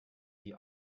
die